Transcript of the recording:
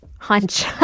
Hunch